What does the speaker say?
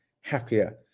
happier